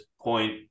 point